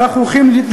אולי אנחנו תומכים,